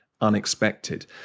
unexpected